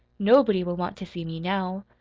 nobody will want to see me now.